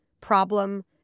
problem